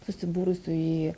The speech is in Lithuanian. susibūrusių į